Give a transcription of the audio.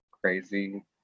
crazy